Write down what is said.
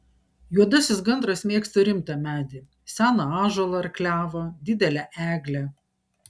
juodasis gandras mėgsta rimtą medį seną ąžuolą ar klevą didelę eglę